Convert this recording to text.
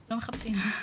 לא מכבסים,